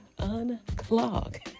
unclog